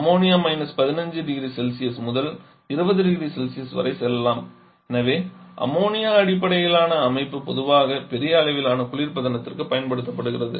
ammonia -15 0C முதல் 20 0C வரை செல்லலாம் எனவே அம்மோனியா அடிப்படையிலான அமைப்பு பொதுவாக பெரிய அளவிலான குளிர்பதனத்திற்கு பயன்படுத்தப்படுகிறது